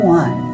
one